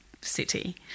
city